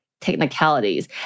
technicalities